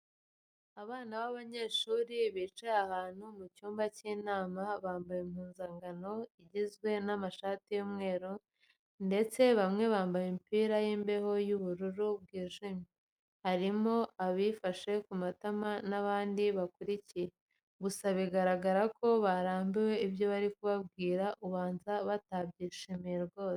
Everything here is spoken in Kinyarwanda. Abana b'abanyeshuri bicaye ahantu mu cyumba cy'inama, bambaye impuzankano igizwe n'amashati y'umweru ndetse bamwe bambaye imipira y'imbeho y'ubururu bwijimye, harimo abifashe ku matama n'abandi bakurikiye, gusa bigaragara ko barambiwe ibyo bari kubwirwa ubanza batabyishimiye rwose.